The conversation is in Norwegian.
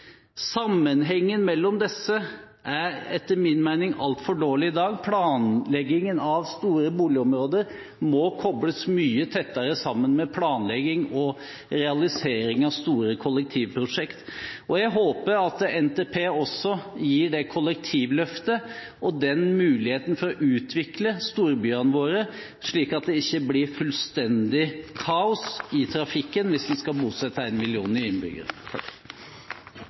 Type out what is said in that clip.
Sammenhengen mellom disse er etter min mening altfor dårlig i dag. Planleggingen av store boligområder må kobles mye tettere sammen med planlegging og realisering av store kollektivprosjekt. Jeg håper at NTP også gir det kollektivløftet og den muligheten for å utvikle storbyene våre, slik at det ikke blir fullstendig kaos i trafikken hvis en skal bosette én million nye innbyggere.